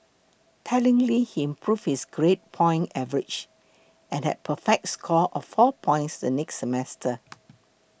tellingly he improved his grade point average and had a perfect score of four points the next semester